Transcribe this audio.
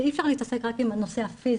שאי אפשר להתעסק רק עם הנושא הפיזי,